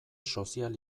sozial